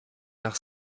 nach